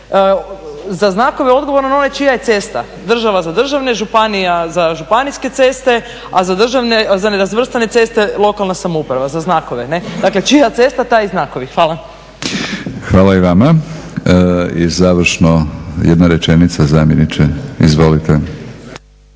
za znakove je odgovoran onaj čija je cesta, državna za državne, županija za županijske ceste a za nerazvrstane ceste lokalna samouprava, za znakove. Dakle, čija cesta taj i znakovi. Hvala. **Batinić, Milorad (HNS)** Hvala i vama. I završno jedna rečenica zamjeniče? Izvolite.